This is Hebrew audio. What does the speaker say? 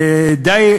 ודי,